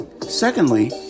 Secondly